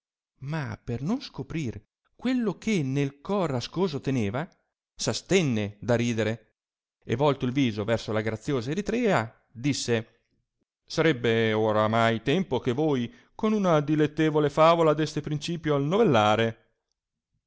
ma per non scoprir quello che nel cuor ascoso teneva s astenne da ridere e volto il viso verso la graziosa eritrea disse sarebbe oramai tempo che voi con una dilettevole favola deste principio al